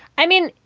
i mean,